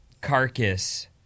carcass